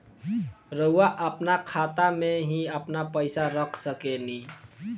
रउआ आपना खाता में ही आपन पईसा रख सकेनी